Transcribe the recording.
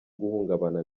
guhungabana